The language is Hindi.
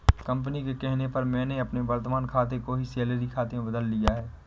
कंपनी के कहने पर मैंने अपने वर्तमान खाते को ही सैलरी खाते में बदल लिया है